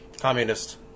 communist